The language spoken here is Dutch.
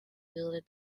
wilde